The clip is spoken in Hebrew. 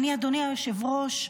אדוני היושב-ראש,